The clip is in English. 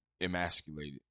emasculated